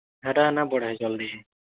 ହେଟା ନା ବଢ଼େ ଜଲ୍ଦି